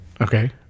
Okay